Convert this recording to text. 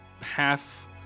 half